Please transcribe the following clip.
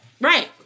Right